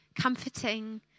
comforting